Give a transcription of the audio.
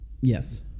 Yes